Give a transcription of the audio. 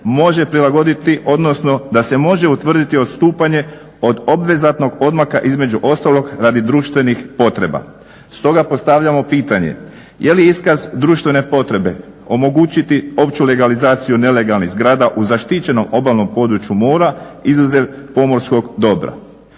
može prilagoditi, odnosno da se može utvrditi odstupanje od obvezatnog odmaka između ostalog radi društvenih potreba. Stoga postavljamo pitanje je li iskaz društvene potrebe omogućiti opću legalizaciju nelegalnih zgrada u zaštićenom obalnom području mora, izuzev pomorskog dobra.